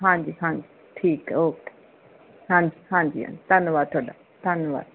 ਹਾਂਜੀ ਹਾਂਜੀ ਠੀਕ ਓਕੇ ਹਾਂਜੀ ਹਾਂਜੀ ਹਾਂਜੀ ਧੰਨਵਾਦ ਤੁਹਾਡਾ ਧੰਨਵਾਦ